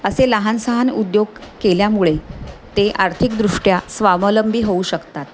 असे लहानसहान उद्योग केल्यामुळे ते आर्थिकदृष्ट्या स्वावलंबी होऊ शकतात